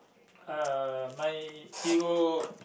uh my hero